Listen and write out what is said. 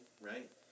right